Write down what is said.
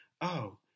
Oh